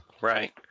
Right